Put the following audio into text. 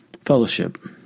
Fellowship